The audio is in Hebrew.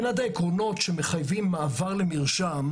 העקרונות שמחייבים מעבר למרשם: